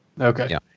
Okay